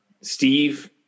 Steve